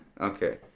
Okay